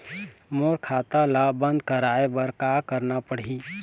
मोर खाता ला बंद करवाए बर का करना पड़ही?